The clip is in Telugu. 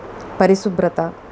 పరిశుభ్రత